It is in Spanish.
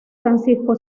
francisco